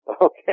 Okay